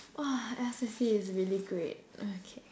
!wah! S_L_C is really great okay